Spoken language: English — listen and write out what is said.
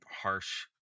harsh